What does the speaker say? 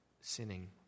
sinning